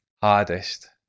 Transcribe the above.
hardest